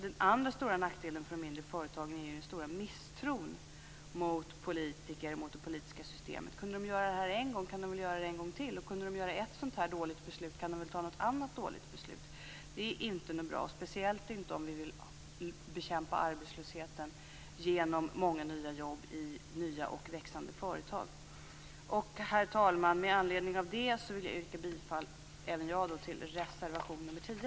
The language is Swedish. En annan stor nackdel för mindre företag är den stora misstron mot politiker och det politiska systemet. Kan de göra detta en gång, kan de göra detta en gång till. Kan de fatta ett dåligt beslut, kan de fatta ett annat dåligt beslut. Det är inte bra, speciellt inte om arbetslösheten skall bekämpas med hjälp av många nya jobb i nya och växande företag. Herr talman! Med anledning av detta vill även jag yrka bifall till reservation 10.